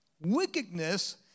Wickedness